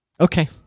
Okay